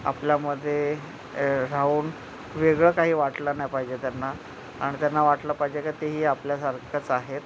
आपल्यामध्ये ए राहून वेगळं काही वाटलं नाही पाहिजे त्यांना आणि त्यांना वाटलं पाहिजे का तेही आपल्यासारखंच आहेत